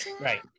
right